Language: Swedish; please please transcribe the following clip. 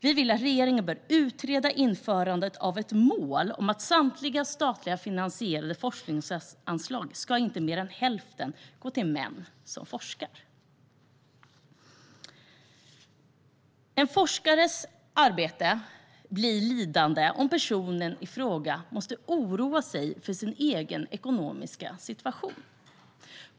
Vi vill att regeringen utreder införandet av ett mål om att av samtliga statligt finansierade forskningsanslag ska inte mer än hälften gå till män som forskar. En forskares arbete blir lidande om personen i fråga måste oroa sig för sin egen ekonomiska situation.